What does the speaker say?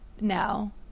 now